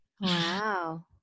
Wow